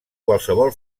qualsevol